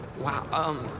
Wow